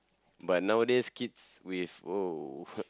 but nowadays kids with !wow!